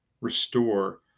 restore